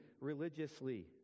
religiously